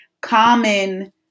common